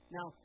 Now